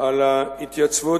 על ההתייצבות,